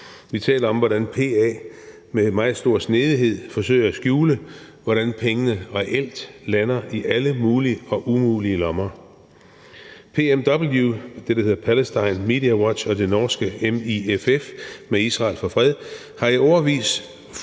vi taler om, hvordan PA med meget stor snedighed forsøger at skjule, hvordan pengene reelt lander i alle mulige og umulige lommer. PMW, altså Palestinian Media Watch, og det norske MIFF, Med Israel for fred, har i årevis